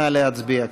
נא להצביע.